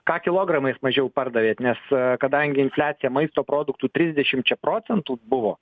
ką kilogramais mažiau pardavėt nes kadangi infliacija maisto produktų trisdešimčia procentų buvo